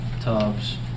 tubs